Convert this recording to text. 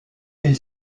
est